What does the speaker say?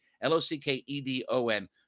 L-O-C-K-E-D-O-N